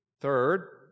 Third